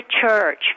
church